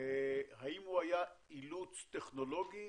אילוץ טכנולוגי